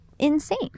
Insane